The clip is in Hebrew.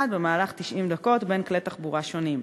במהלך 90 דקות ולעבור בין כלי תחבורה שונים.